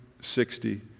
sixty